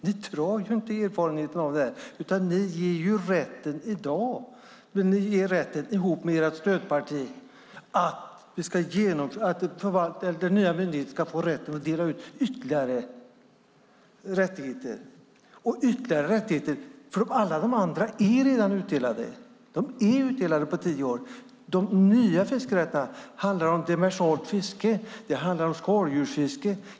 Ni drar inte erfarenhet av det. Ni tillsammans med ert stödparti gör så att den nya myndigheten ska få möjligheten att dela ut ytterligare rättigheter. Alla de andra är redan utdelade på tio år. De nya fiskerättigheterna handlar om demersalt fiske och skaldjursfiske.